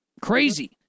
Crazy